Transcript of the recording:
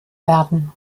werden